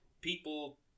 people